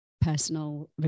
personal